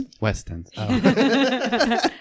Weston's